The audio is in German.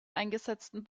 eingesetzten